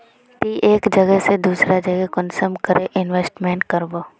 ती एक जगह से दूसरा जगह कुंसम करे इन्वेस्टमेंट करबो?